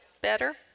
Better